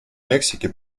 мексики